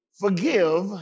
forgive